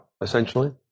essentially